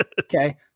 Okay